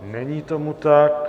Není tomu tak.